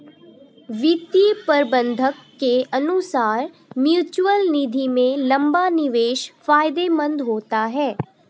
वित्तीय प्रबंधक के अनुसार म्यूचअल निधि में लंबा निवेश फायदेमंद होता है